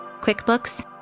QuickBooks